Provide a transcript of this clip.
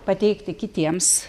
pateikti kitiems